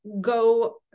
go